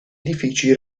edifici